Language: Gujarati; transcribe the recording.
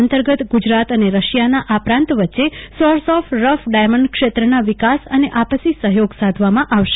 અંતર્ગત ગુજરાત અને રશિયાના આ પ્રાંત વચ્ચે સોર્સ ઓફ રફ ડાયમન્ડ ક્ષેત્ર ના વિકાસ અને આપસી સહયોગ સાધવામાં આવશે